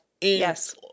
Yes